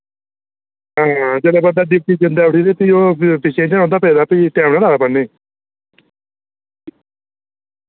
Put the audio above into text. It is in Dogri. हां जिल्लै बंदा डिप्टी जंदा उठी ते फ्ही ओ पिच्छें इयां रौंह्दा पेदा फ्ही टैम नि लगदा पढ़ने